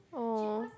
orh